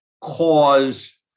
cause